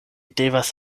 devas